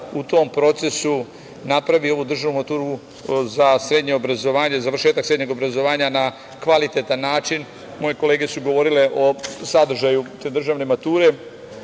u tom procesu napravi ovu državnu maturu za srednje obrazovanje, završetak srednjeg obrazovanja na kvalitetan način. Moje kolege su govorile o sadržaju te državne mature,